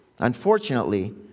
Unfortunately